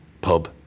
pub